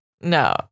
No